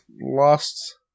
lost